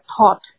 thought